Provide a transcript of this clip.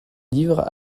livres